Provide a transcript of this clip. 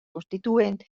constituent